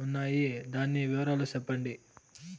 వున్నాయి? దాని వివరాలు సెప్పండి?